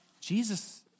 Jesus